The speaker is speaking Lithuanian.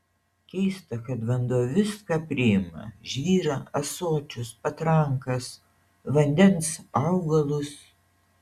keista kad vanduo viską priima žvyrą ąsočius patrankas vandens augalus